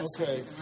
Okay